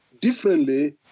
differently